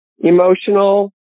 emotional